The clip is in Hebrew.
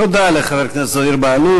תודה לחבר הכנסת זוהיר בהלול.